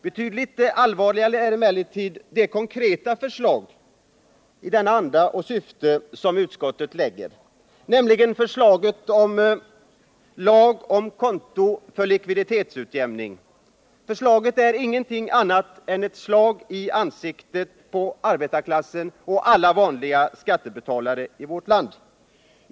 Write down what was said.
Betydligt allvarligare är emellertid det konkreta förslag i denna anda och detta syfte som utskottet lägger fram, nämligen förslaget om konto för likviditetsutjämning. Förslaget är ingenting annat än ett slag i ansiktet på arbetarklassen och alla vanliga skattebetalare i vårt land.